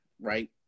right